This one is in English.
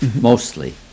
mostly